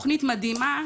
תוכנית מדהימה,